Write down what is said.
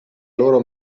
loro